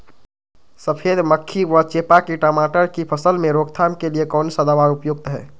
सफेद मक्खी व चेपा की टमाटर की फसल में रोकथाम के लिए कौन सा दवा उपयुक्त है?